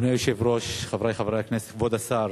אדוני היושב-ראש, חברי חברי הכנסת, כבוד השר,